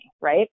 right